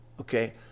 Okay